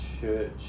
church